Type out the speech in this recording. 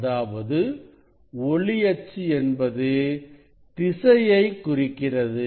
அதாவது ஒளி அச்சு என்பது திசையைக் குறிக்கிறது